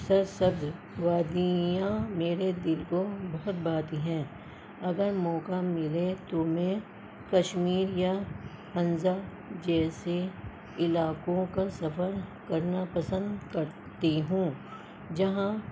سرسبز وادیاں میرے دل کو بہت بھاتی ہیں اگر موقع ملے تو میں کشمیر یا حنزا جیسے علاقوں کا سفر کرنا پسند کرتی ہوں جہاں